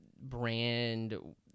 brand